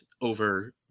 over